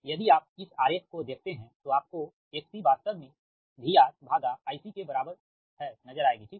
यदि आप इस आरेख को देखते है तो आपका XC वास्तव में VRIC के बराबर है ठीक